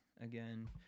again